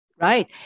Right